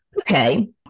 Okay